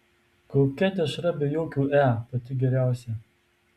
kokia dešra be jokių e pati geriausia